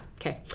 okay